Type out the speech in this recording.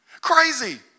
Crazy